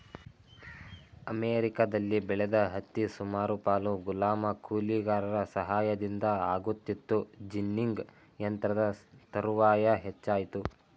ಅಮೆರಿಕದಲ್ಲಿ ಬೆಳೆದ ಹತ್ತಿ ಸುಮಾರು ಪಾಲು ಗುಲಾಮ ಕೂಲಿಗಾರರ ಸಹಾಯದಿಂದ ಆಗುತ್ತಿತ್ತು ಜಿನ್ನಿಂಗ್ ಯಂತ್ರದ ತರುವಾಯ ಹೆಚ್ಚಾಯಿತು